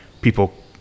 people